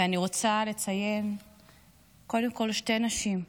ואני רוצה לציין קודם כול שתי נשים,